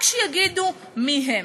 רק שיגידו מי הם.